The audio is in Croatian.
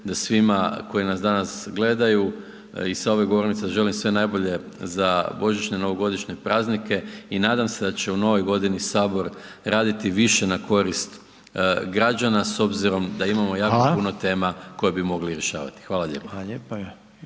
da svima koji nas danas gledaju i sa ove govornice želim sve najbolje za božićne i novogodišnje praznike i nadam se da će u novoj godini Sabor raditi više na korist građana s obzirom da imamo jako puno .../Upadica Reiner: Hvala./...